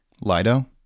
Lido